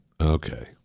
Okay